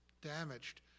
damaged